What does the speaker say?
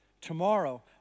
Tomorrow